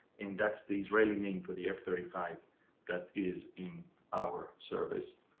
and that's the israeli name for the f thirty five that is in our service.